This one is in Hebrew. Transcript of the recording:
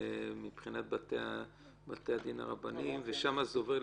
בתי הדין הרבניים גם כן.